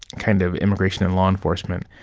kind of immigration and law enforcement.